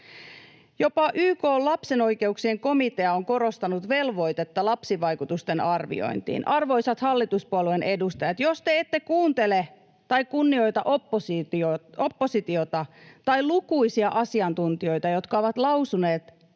Jopa YK:n lapsen oikeuksien komitea on korostanut velvoitetta lapsivaikutusten arviointiin. Arvoisat hallituspuolueiden edustajat, jos te ette kuuntele tai kunnioita oppositiota tai lukuisia asiantuntijoita, jotka ovat lausuneet